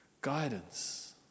guidance